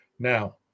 Now